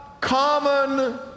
common